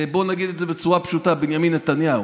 בואו נגיד את זה בצורה פשוטה: בנימין נתניהו.